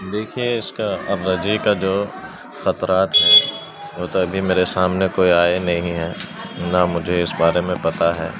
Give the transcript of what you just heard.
دیکھیے اس کا الرجی کا جو خطرات ہے وہ تو ابھی میرے سامنے کوئی آیا نہیں ہے نہ مجھے اس بارے میں پتا ہے